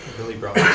really brought